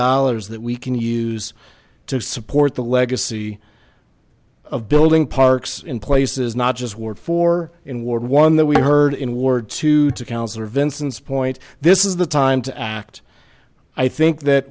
dollars that we can use to support the legacy of building parks in places not just ward four in ward one that we heard in ward two to councillor vinson's point this is the time to act i think that